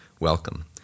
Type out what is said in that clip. Welcome